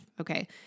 Okay